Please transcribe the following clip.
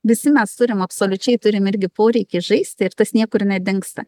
visi mes turim absoliučiai turim irgi poreikį žaisti ir tas niekur nedingsta